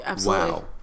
wow